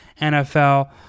NFL